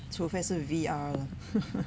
除非是 V_R lah